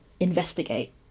investigate